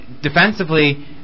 defensively